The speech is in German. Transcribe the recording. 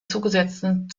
zugesetzten